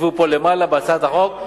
ישבו פה למעלה בהצעת החוק.